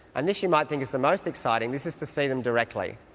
and this you might think is the most exciting, this is to see them directly.